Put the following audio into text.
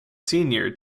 senior